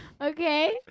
Okay